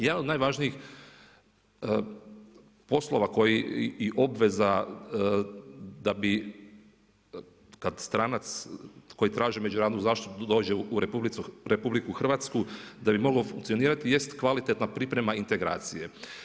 Jedan od najvažnijih poslova koji i obveza da bi kad stranac, koji traži međunarodnu zaštitu, dođe u RH, da bi mogao funkcionirati, jest kvalitetna priprema integracije.